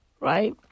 Right